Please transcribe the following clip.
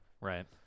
Right